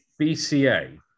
BCA